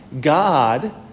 God